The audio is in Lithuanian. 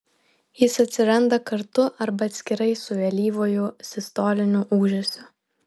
jis atsiranda kartu arba atskirai su vėlyvuoju sistoliniu ūžesiu